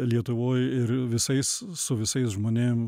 lietuvoj ir visais su visais žmonėm